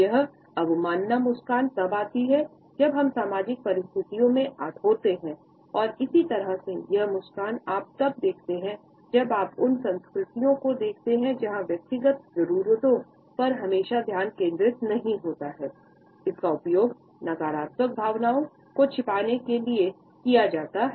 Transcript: यह अवमानना मुस्कान तब आती है जब हम सामाजिक परिस्थितियों में होते हैं और इसी तरह से यह मुस्कान आप तब देखते हो जब आप इसका उपयोग नकारात्मक भावनाओं को छिपाने के लिए किया जाता है